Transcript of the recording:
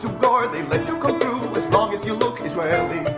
guard, they let you come through, as long as you look israeli.